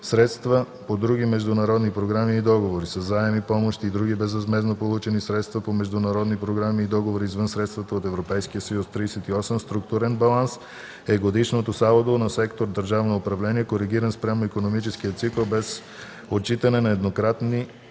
„Средства по други международни програми и договори” са заеми, помощи и други безвъзмездно получени средства по международни програми и договори извън средствата от Европейския съюз. 38. „Структурен баланс” е годишното салдо на сектор „Държавно управление“, коригиран спрямо икономическия цикъл, без отчитане на еднократните